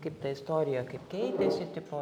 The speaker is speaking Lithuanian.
kaip ta istorija kaip keitėsi tipo